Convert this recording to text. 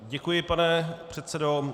Děkuji, pane předsedo.